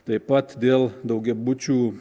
taip pat dėl daugiabučių